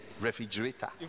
refrigerator